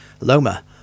Loma